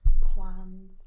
plans